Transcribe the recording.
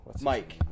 Mike